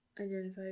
identified